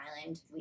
island